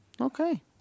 Okay